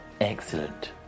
Excellent